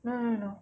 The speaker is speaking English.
no no no